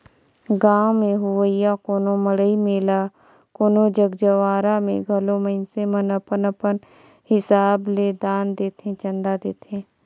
गाँव में होवइया कोनो मड़ई मेला कोनो जग जंवारा में घलो मइनसे मन अपन अपन हिसाब ले दान देथे, चंदा देथे